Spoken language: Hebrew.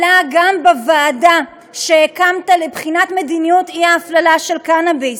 עלה גם בוועדה שהקמת לבחינת מדיניות אי-ההפללה של קנאביס.